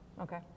Okay